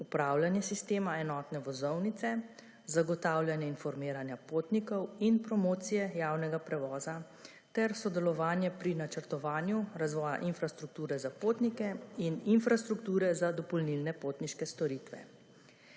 upravljanje sistema enotne vozovnice, zagotavljanje informiranja potnikov in promocije javnega prevoza ter sodelovanje pri načrtovanju razvoja infrastrukture za potnike in infrastrukture za dopolnilne potniške storitve.